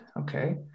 Okay